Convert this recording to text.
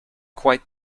quite